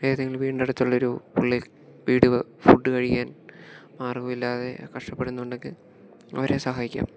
ഏതെങ്കിലും വീടിൻ്റെ അടുത്തുള്ളൊരു പുള്ളി വീടോ ഫുഡ് കഴിക്കാൻ മാർഗ്ഗമില്ലാതെ കഷ്ടപ്പെടുന്നുണ്ടെങ്കിൽ അവരെ സഹായിക്കാം